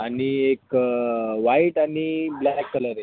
आणि एक व्हाईट आणि ब्लॅक कलर आहे